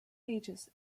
ages